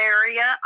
area